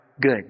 good